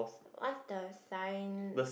what's the sign